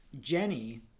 Jenny